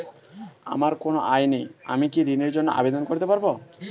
আমার কোনো আয় নেই আমি কি ঋণের জন্য আবেদন করতে পারব?